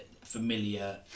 familiar